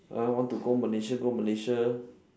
ah want to go malaysia go malaysia